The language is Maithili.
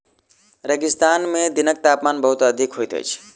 रेगिस्तान में दिनक तापमान बहुत अधिक होइत अछि